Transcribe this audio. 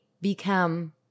become